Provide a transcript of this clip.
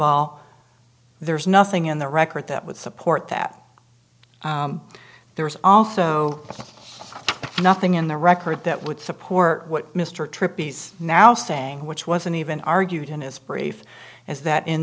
all there's nothing in the record that would support that there is also nothing in the record that would support what mr tripp peace now saying which wasn't even argued in his brief as that in